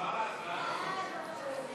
לקריאה הראשונה.